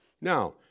Now